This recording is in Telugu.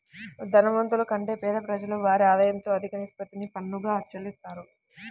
ధనవంతుల కంటే పేద ప్రజలు వారి ఆదాయంలో అధిక నిష్పత్తిని పన్నుగా చెల్లిత్తారు